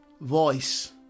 voice